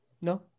no